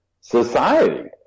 society